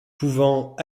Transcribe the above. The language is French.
pouvant